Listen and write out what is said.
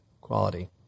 quality